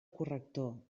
corrector